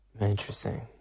Interesting